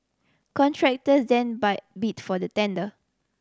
contractors then buy bid for the tender